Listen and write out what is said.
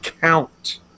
count